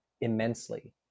immensely